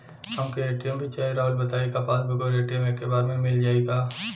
हमके ए.टी.एम भी चाही राउर बताई का पासबुक और ए.टी.एम एके बार में मील जाई का?